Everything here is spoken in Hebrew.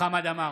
חמד עמאר,